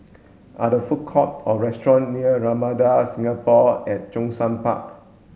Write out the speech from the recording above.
are there food court or restaurant near Ramada Singapore at Zhongshan Park